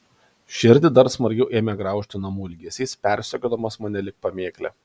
širdį dar smarkiau ėmė graužti namų ilgesys persekiodamas mane lyg pamėklė